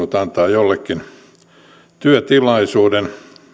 jollekin työtilaisuuden mahdollisuuden näyttää taitojaan ja